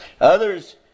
Others